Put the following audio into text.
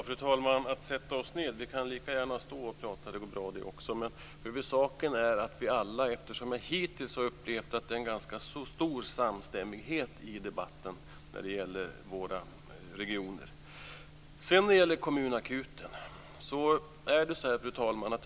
Fru talman! Vi behöver inte sätta oss ned, vi kan lika gärna stå och prata. Det går det också, men huvudsaken är att vi alla hittills har upplevt att det är en ganska stor samstämmighet i debatten när det gäller våra regioner. Vad gäller kommunakuten vill jag säga följande.